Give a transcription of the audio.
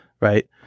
right